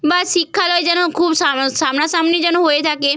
বা শিক্ষালয় যেন খুব সামনাসামনি যেন হয়ে থাকে